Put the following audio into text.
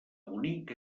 bonic